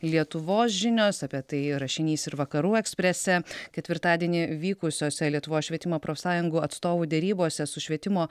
lietuvos žinios apie tai rašinys ir vakarų eksprese ketvirtadienį vykusiose lietuvos švietimo profsąjungų atstovų derybose su švietimo